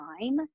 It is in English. time